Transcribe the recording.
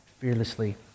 fearlessly